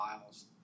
miles